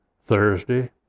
Thursday